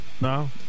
no